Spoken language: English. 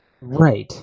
Right